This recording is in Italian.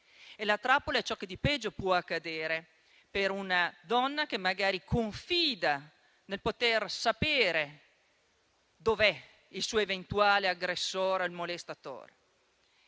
E la trappola è ciò che di peggio possa accadere a una donna che magari confida nel poter sapere dov'è il suo eventuale aggressore o il molestatore.